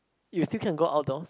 you still can go outdoors